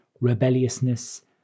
rebelliousness